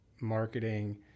Marketing